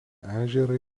ežerą